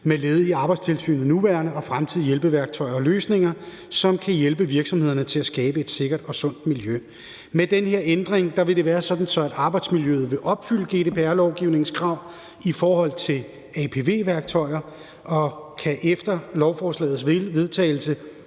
til Arbejdstilsynets nuværende og fremtidige hjælpeværktøjer og løsninger, som kan hjælpe virksomhederne til at skabe et sikkert og sundt miljø. Med den her ændring vil det være sådan, at arbejdsmiljøloven vil opfylde GDPR-lovgivningens krav i forhold til apv-værktøjer, og de kan efter lovforslagets vedtagelse